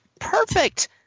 Perfect